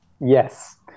Yes